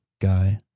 Guy